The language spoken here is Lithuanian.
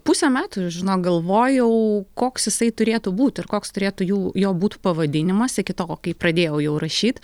pusę metų žinok galvojau koks jisai turėtų būt ir koks turėtų jų jo būt pavadinimas iki to kai pradėjau jau rašyt